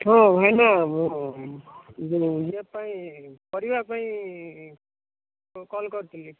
ହଁ ଭାଇନା ମୁଁ ଇଏ ପାଇଁ ପରିବା ପାଇଁ କଲ୍ କରିଥିଲି